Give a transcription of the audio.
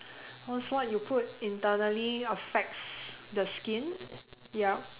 cause what you put internally affects the skin yup